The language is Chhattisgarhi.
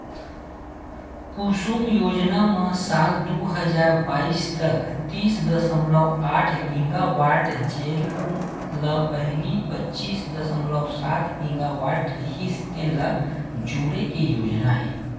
कुसुम योजना म साल दू हजार बाइस तक तीस दसमलव आठ गीगावाट जेन ल पहिली पच्चीस दसमलव सात गीगावाट रिहिस तेन ल जोड़े के योजना हे